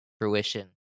fruition